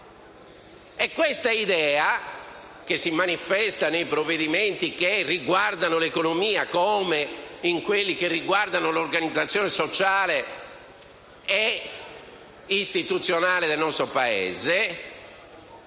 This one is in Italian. Questa idea, che si manifesta nei provvedimenti che riguardano l'economia e in quelli che riguardano l'organizzazione sociale e istituzionale del nostro Paese,